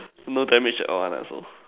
no damage at all one lah so